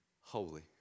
holy